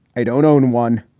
i don't own one.